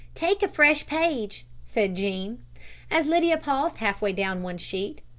take a fresh page, said jean as lydia paused half-way down one sheet.